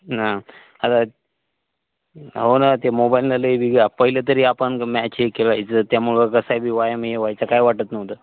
ना आता हो ना ते मोबाईलला लई पहिलं तरी आपण मॅच हे खेळायचं त्यामुळं कसं आहे बी व्यायाम हे व्हायचं काय वाटत नव्हतं